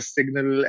Signal